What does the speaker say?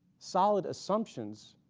solid assumptions